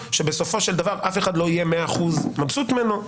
שבסופו של דבר אף אחד לא יהיה 100% מבסוט ממנו,